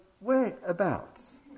whereabouts